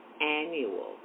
annual